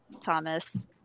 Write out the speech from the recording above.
Thomas